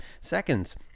seconds